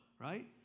right